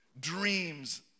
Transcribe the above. dreams